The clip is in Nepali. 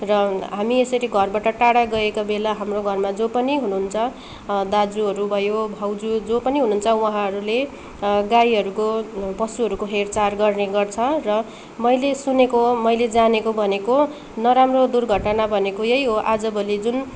र हामी यसरी घरबाट टाडा गएका बेला हाम्रो घरमा जो पनि हुनुहुन्छ दाजुहरू भयो भाउजू जो पनि हुनुहुन्छ उहाँहरूले गाईहरूको पशुहरूको हेरचाह गर्ने गर्छ र मैले सुनेको मैले जानेको भनेको नराम्रो दुर्घटना भनेको यही हो आजभोलि जुन